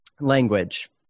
language